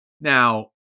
Now